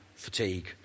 fatigue